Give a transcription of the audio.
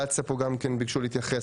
קצא"א ביקשו להתייחס,